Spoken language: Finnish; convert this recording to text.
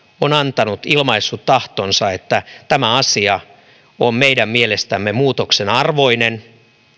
on ilmaissut tahtonsa että tämä asia on meidän mielestämme muutoksen arvoinen